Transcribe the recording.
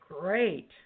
great